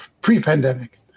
pre-pandemic